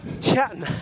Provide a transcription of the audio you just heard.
Chatting